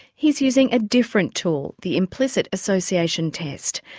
he's using a different tool the implicit association test.